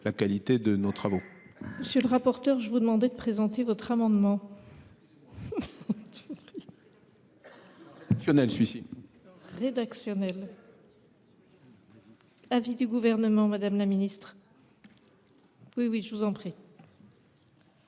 la qualité de nos travaux